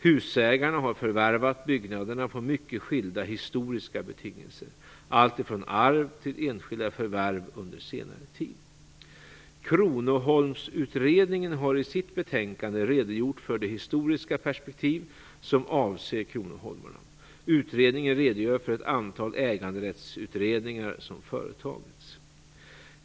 Husägarna har förvärvat byggnaderna på mycket skilda historiska betingelser, allt ifrån arv till enskilda förvärv under senare tid. Kronoholmsutredningen har i sitt betänkande redogjort för det historiska perspektiv som avser kronoholmarna. Utredningen redogör för ett antal äganderättsutredningar som företagits.